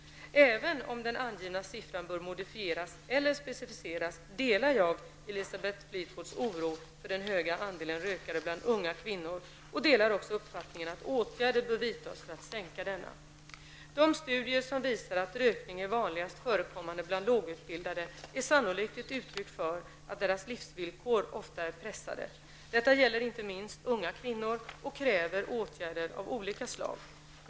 Även om den angivna siffran bör modifieras eller specificeras delar jag Elisabeth Fleetwoods oro för den stora andelen rökare bland unga kvinnor och delar också uppfattningen att åtgärder bör vidtas för att minska denna andel. De studier som visar att rökning är vanligast förekommande bland lågutbildade, är sannolikt ett uttryck för att deras livsvillkor ofta är pressande. Detta gäller inte minst unga kvinnor och kräver åtgärder av olika slag.